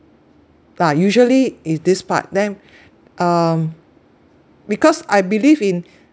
a'ah usually is this part then um because I believe in